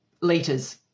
liters